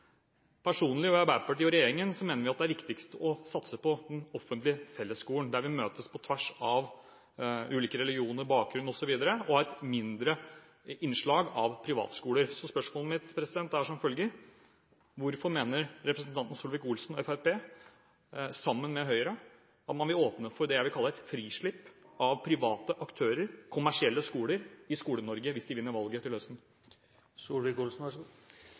Personlig og i Arbeiderpartiet og regjeringen mener vi at det er riktigst å satse på den offentlige fellesskolen, der vi møtes på tvers av ulike religioner, bakgrunn osv., og ha et mindre innslag av privatskoler. Spørsmålet mitt er som følger: Hvorfor vil representanten Solvik-Olsen og Fremskrittspartiet – sammen med Høyre – åpne for det jeg vil kalle et frislipp av private aktører, kommersielle skoler, i Skole-Norge hvis de vinner valget til